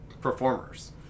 performers